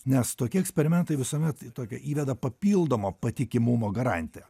nes tokie eksperimentai visuomet tokią įveda papildomą patikimumo garantiją